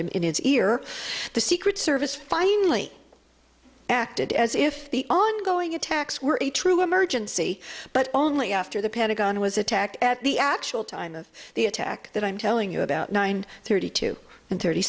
him in his ear the secret service finally acted as if the ongoing attacks were a true emergency but only after the pentagon was attacked at the actual time of the attack that i'm telling you about nine thirty two and thirty